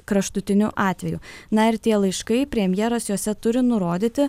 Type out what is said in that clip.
kraštutiniu atveju na ir tie laiškai premjeras juose turi nurodyti